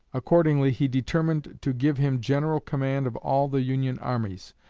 accordingly he determined to give him general command of all the union armies.